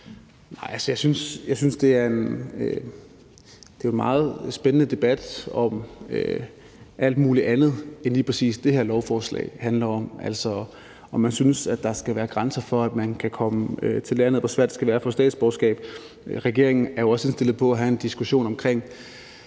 jeg synes, at det jo er en meget spændende debat om alt muligt andet, end hvad lige præcis det her lovforslag handler om, altså om, hvorvidt man synes, at der skal være grænser for, at man kan komme til landet, og hvor svært det skal være at få statsborgerskab. Regeringen er også indstillet på at have en diskussion omkring